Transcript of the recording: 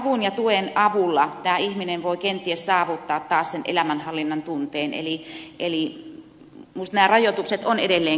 avun ja tuen avulla tämä ihminen voi kenties saavuttaa taas sen elämänhallinnan tunteen eli minusta nämä rajoitukset ovat edelleenkin erittäin hyviä